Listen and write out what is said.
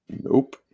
nope